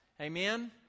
Amen